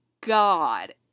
God